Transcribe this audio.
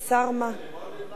הנה, לימור לבנת פה.